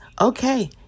Okay